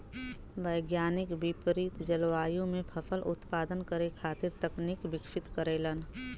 वैज्ञानिक विपरित जलवायु में फसल उत्पादन करे खातिर तकनीक विकसित करेलन